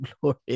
glory